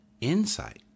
insight